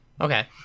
Okay